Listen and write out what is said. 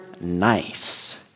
nice